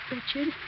Richard